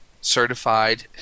certified